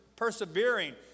persevering